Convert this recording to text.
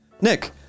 Nick